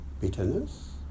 bitterness